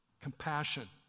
Compassion